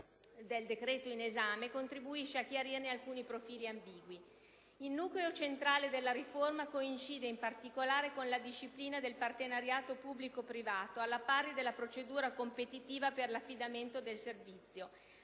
Il nucleo centrale della riforma coincide, in particolare, con la disciplina del partenariato pubblico privato, alla pari della procedura competitiva per l'affidamento del servizio,